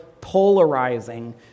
polarizing